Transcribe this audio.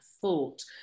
thought